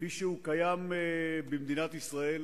כפי שהוא קיים במדינת ישראל,